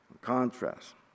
Contrast